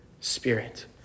Spirit